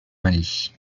mali